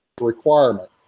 requirement